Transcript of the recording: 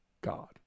God